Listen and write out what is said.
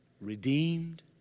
redeemed